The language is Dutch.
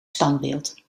standbeeld